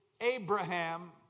Abraham